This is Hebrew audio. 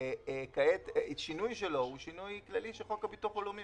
וכעת שינוי שלו הוא שינוי כללי של חוק הביטוח הלאומי,